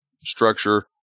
structure